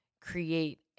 create